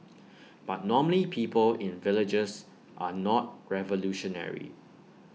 but normally people in villages are not revolutionary